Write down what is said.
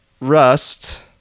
Rust